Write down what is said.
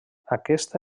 aquesta